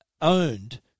owned